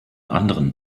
anderen